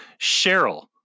Cheryl